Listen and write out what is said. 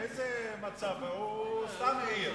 הוא סתם העיר.